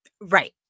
Right